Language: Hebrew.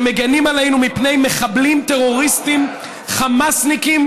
שמגינים עלינו מפני מחבלים טרוריסטים חמאסניקים